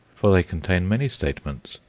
for they contain many statements,